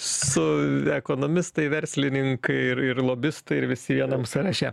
su ekonomistai verslininkai ir ir lobistai ir visi vienam sąraše